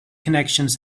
connections